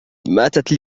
ماتت